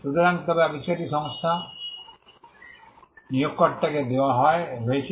সুতরাং তবে আবিষ্কারটি সংস্থা নিয়োগকর্তাকে দেওয়া হয়েছে